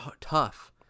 tough